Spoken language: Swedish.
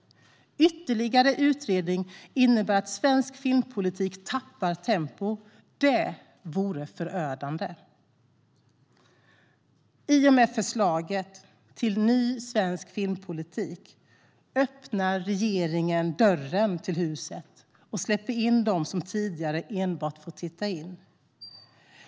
Ytterligare utredning innebär att svensk filmpolitik tappar tempo. Det vore förödande!" I och med förslaget till ny svensk filmpolitik öppnar regeringen dörren till huset och släpper in dem som tidigare enbart fått titta in.